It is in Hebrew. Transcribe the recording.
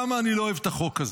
למה אני לא אוהב את החוק הזה?